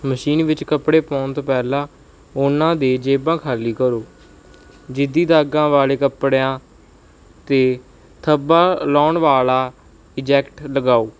machine ਵਿੱਚ ਕੱਪੜੇ ਪਾਉਣ ਤੋਂ ਪਹਿਲਾਂ ਉਨਾਂ ਦੀਆਂ ਜੇਬਾਂ ਖਾਲੀ ਕਰੋ ਜਿੱਦੀ ਦਾਗਾਂ ਵਾਲੇ ਕੱਪੜਿਆਂ ਅਤੇ ਥੱਬਾ ਲਾਉਣ ਵਾਲਾ ਇਜੈਕਟ ਲਗਾਓ